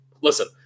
listen